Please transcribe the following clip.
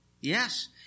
Yes